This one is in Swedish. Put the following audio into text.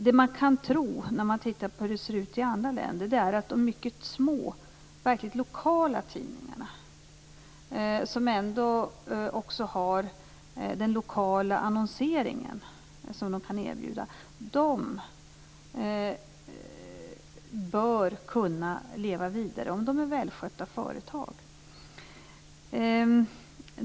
Det man kan tro, när man tittar på hur det ser ut i andra länder, är att de mycket små, verkligt lokala tidningarna - som ändå har den lokala annonseringen att erbjuda - bör kunna leva vidare om de är välskötta företag.